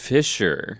Fisher